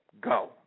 Go